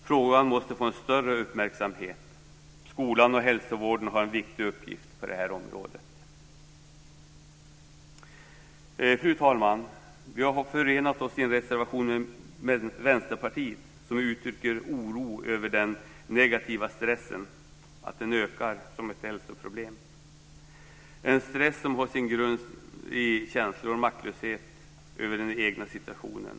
Frågan måste få en större uppmärksamhet. Skolan och hälsovården har en viktig uppgift på det här området. Fru talman! Vi har förenat oss i en reservation med Vänsterpartiet där vi uttrycker oro över att den negativa stressen ökar som ett hälsoproblem. Det är en stress som har sin grund i känslor av maktlöshet när det gäller den egna situationen.